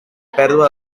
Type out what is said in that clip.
pèrdua